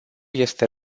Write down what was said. este